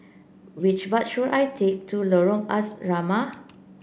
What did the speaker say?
which bus should I take to Lorong Asrama